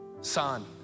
Son